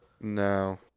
No